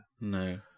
no